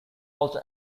also